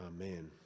Amen